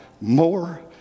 more